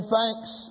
thanks